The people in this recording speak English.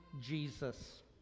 Jesus